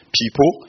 people